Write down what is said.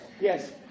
Yes